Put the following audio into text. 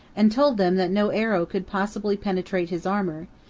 and told them that no arrow could possibly penetrate his armor,